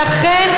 אכן,